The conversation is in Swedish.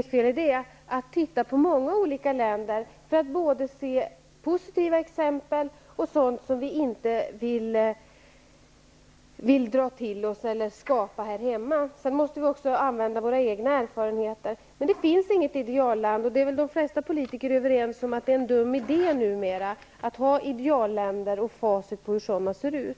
tvungna att titta på många olika länder, och det är inget fel i det, för att både se positiva exempel och sådant som vi inte vill skapa här hemma. Men vi måste också använda våra egna erfarenheter. Det finns inget idealland, och de flesta politiker är väl numera överens om att det är en dum idé att ha idealländer och facit för hur sådana ser ut.